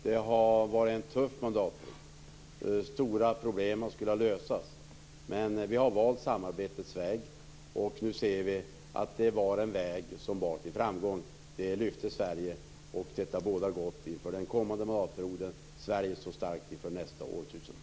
Det har varit en tuff mandatperiod med stora problem som skulle lösas. Men vi har valt samarbetets väg och nu ser vi att det var en väg som bar till framgång. Det lyfte Sverige och detta bådar gott inför den kommande mandatperioden. Sverige står starkt inför nästa årtusende.